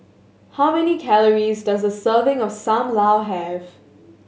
how many calories does a serving of Sam Lau have